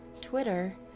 Twitter